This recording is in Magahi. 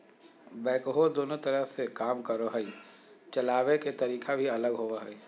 बैकहो दोनों तरह से काम करो हइ, चलाबे के तरीका भी अलग होबो हइ